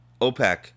OPEC